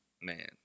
man